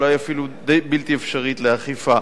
אולי אפילו די בלתי אפשרית לאכיפה.